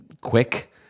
quick